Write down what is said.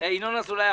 ינון אזולאי,